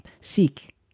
Seek